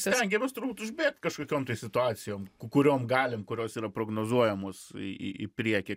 stengiamės turbūt užbėgt kažkokiom tai situacijom kuriom galim kurios yra prognozuojamos į priekį